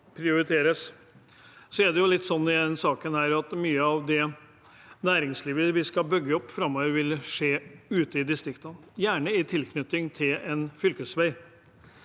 Det er sånn at mye av det næringslivet vi skal bygge opp framover, vil komme ute i distriktene, gjerne i tilknytning til en fylkesvei.